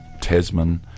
Tasman